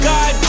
God